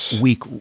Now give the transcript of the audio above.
weak